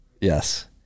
Yes